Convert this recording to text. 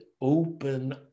open